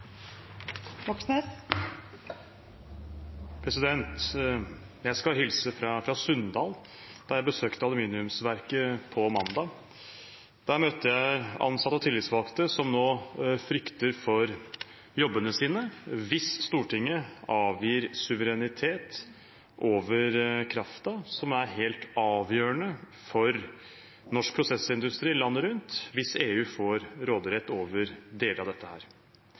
Sunndal. Da jeg besøkte aluminiumsverket mandag, møtte jeg ansatte og tillitsvalgte som frykter for jobbene sine hvis Stortinget avgir suverenitet over kraften – som er helt avgjørende for norsk prosessindustri landet rundt – hvis EU får råderett over deler av dette.